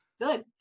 good